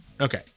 Okay